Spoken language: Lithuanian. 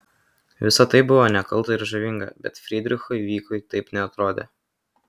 visa tai buvo nekalta ir žavinga bet frydrichui vykui taip neatrodė